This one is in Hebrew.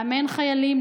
לאמן חיילים,